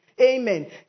Amen